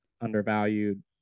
undervalued